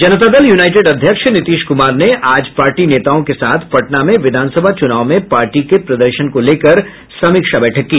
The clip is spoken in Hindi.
जनता दल यूनाईटेड अध्यक्ष नीतीश कुमार ने आज पार्टी नेताओं के साथ पटना में विधानसभा चुनाव में पार्टी के प्रदर्शन को लेकर समीक्षा बैठक की